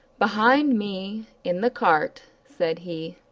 behind me, in the cart, said he,